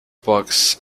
box